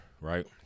right